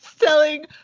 selling